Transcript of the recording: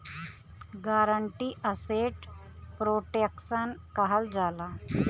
guarantee asset protection कहल जाला